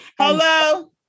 Hello